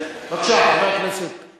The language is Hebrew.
בבקשה, חבר הכנסת דב חנין.